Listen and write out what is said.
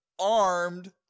armed